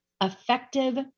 effective